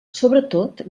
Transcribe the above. sobretot